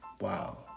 wow